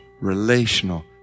relational